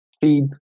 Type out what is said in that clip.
feed